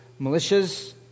militias